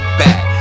back